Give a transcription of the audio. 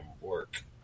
work